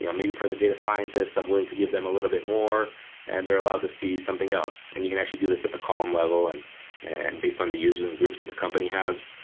yeah maybe for the data scientists, i'm willing to give them a little bit more and they're allowed to see something else and you can actually do this at the column level and and based on the users and groups that the company has.